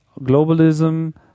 globalism